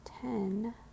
ten